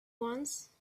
once